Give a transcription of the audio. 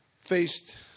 faced